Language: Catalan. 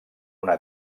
una